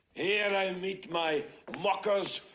and i and meet my mockers,